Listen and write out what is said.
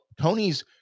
Tony's